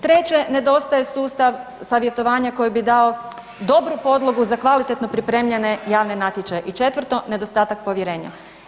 Treće, nedostaje sustav savjetovanja koji bi dao dobru podlogu za kvalitetno pripremljene javne natječaje i četvrto, nedostatak povjerenja.